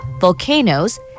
volcanoes